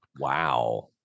Wow